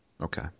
Okay